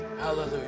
hallelujah